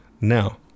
Now